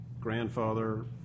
grandfather